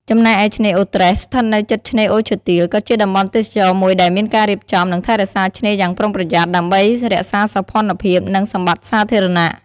ចំណែកឯឆ្នេរអូរត្រេះ ស្ថិតនៅជិតឆ្នេរអូរឈើទាល ក៏ជាតំបន់ទេសចរណ៍មួយដែលមានការរៀបចំ និងថែរក្សាឆ្នេរយ៉ាងប្រុងប្រយ័ត្ន ដើម្បីរក្សាសោភ័ណភាព និង សម្បត្តិសាធារណៈ។